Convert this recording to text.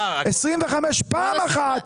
25 פעם אחת.